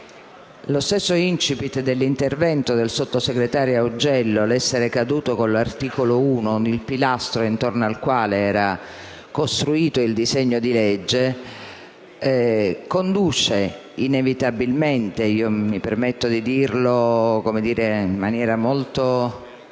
lo stesso *incipit* dell'intervento del sottosegretario Augello - l'essere caduto con l'articolo 1 il pilastro intorno al quale era costruito il disegno di legge - conduce, inevitabilmente, mi sia consentito dirlo in maniera molto